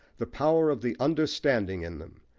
the power of the understanding in them,